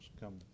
come